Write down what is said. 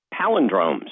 Palindromes